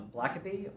Blackaby